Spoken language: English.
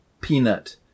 peanut